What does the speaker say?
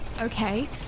okay